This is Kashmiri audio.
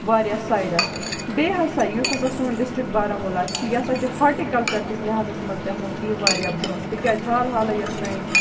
واریاہ سایڈَس بیٚیہِ ہَسا یُس ہَسا سون ڈِسٹِرٛک بارہمولہ چھُ یہِ ہَسا چھِ ہاٹِکَلچَر کِس لِہاظَس منٛز تہِ ہَسا چھِ یہِ وارِیاہ برٛونٛہہ تِکیٛازِ حال حالٕے یۄس سٲنۍ